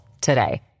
today